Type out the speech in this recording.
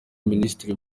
minisitiri